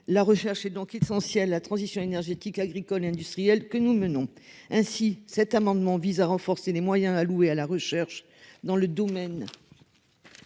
dernière est essentielle à la transition énergétique, agricole et industrielle que nous menons. Cet amendement vise à renforcer les moyens alloués à la recherche dans le domaine